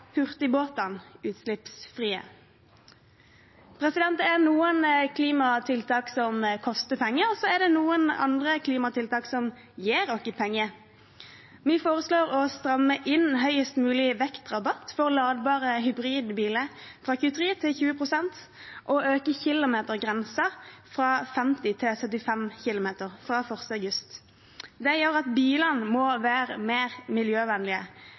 å få hurtigbåtene utslippsfrie. Det er noen klimatiltak som koster penger, og så er det andre klimatiltak som gir oss penger. Vi foreslår å stramme inn høyest mulig vektrabatt for ladbare hybridbiler fra 23 til 20 pst. og øke kilometergrensen fra 50 til 75 km fra 1. august. Det gjør at bilene må være mer miljøvennlige